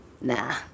nah